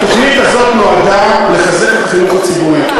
התוכנית הזאת נועדה לחזק את החינוך הציבורי.